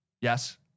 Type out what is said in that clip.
yes